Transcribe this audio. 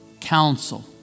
Counsel